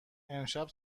امشب